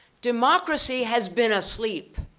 democracy has been asleep.